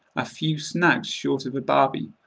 a few snags short of a barbie,